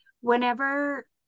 Whenever